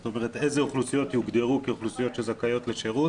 זאת אומרת איזה אוכלוסיות יוגדרו כאוכלוסיות שזכאיות לשירות